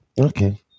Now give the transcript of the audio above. Okay